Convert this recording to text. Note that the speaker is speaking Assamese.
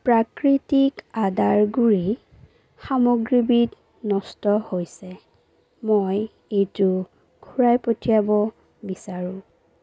প্ৰাকৃতিক আদাৰ গুড়ি সামগ্ৰীবিধ নষ্ট হৈছে মই এইটো ঘূৰাই পঠিয়াব বিচাৰোঁ